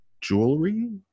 jewelry